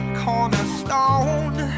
cornerstone